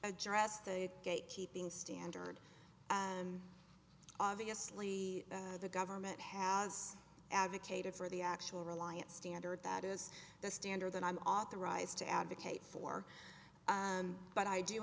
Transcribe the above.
address the gate keeping standard and obviously the government has advocated for the actual reliance standard that is the standard that i'm authorized to advocate for but i do